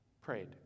prayed